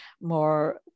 more